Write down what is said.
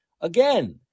Again